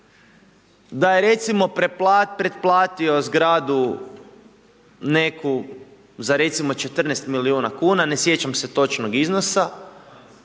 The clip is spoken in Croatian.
da je, recimo, pretplatio zgradu neku za recimo, 14 milijuna kuna, ne sjećam se točnog iznosa,